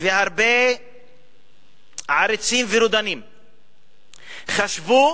והרבה עריצים ורודנים חשבו